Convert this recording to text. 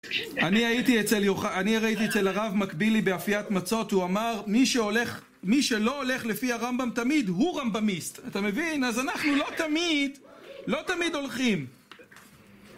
אני הייתי אצל הרב מקבילי באפיית מצות, הוא אמר מי שלא הולך לפי הרמב״ם תמיד הוא רמב״מיסט, אתה מבין? אז אנחנו לא תמיד הולכים